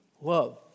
love